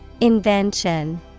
Invention